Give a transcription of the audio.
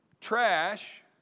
trash